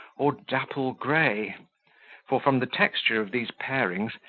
or dapple-gray for, from the texture of these parings,